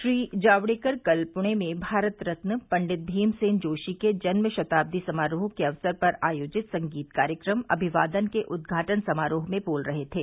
श्री जावड़ेकर कल पृणे में भारत रत्न पंडित भीमसेन जोशी के जन्म शताब्दी समारोह के अवसर पर आयोजित संगीत कार्यक्रम अनिवादन के उद्घाटन समारोह में बोल रहे थे